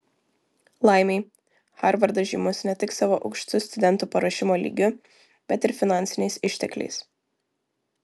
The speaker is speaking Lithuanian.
laimei harvardas žymus ne tik savo aukštu studentų paruošimo lygiu bet ir finansiniais ištekliais